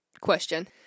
question